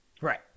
Right